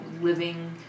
living